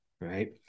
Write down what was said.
right